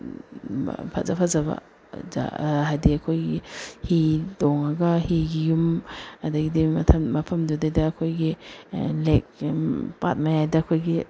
ꯐꯖ ꯐꯖꯕ ꯍꯥꯏꯗꯤ ꯑꯩꯈꯣꯏꯒꯤ ꯍꯤ ꯇꯣꯡꯉꯒ ꯍꯤꯒꯤ ꯌꯨꯝ ꯑꯗꯩꯗꯤ ꯃꯐꯝꯗꯨꯗꯩꯗ ꯑꯩꯈꯣꯏꯒꯤ ꯂꯦꯛ ꯄꯥꯠ ꯃꯌꯥꯏꯗ ꯑꯩꯈꯣꯏꯒꯤ